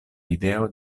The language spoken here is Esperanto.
ideo